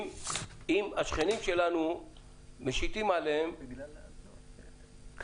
המדינות השכנות שלנו משיטות עליהן קריטריונים.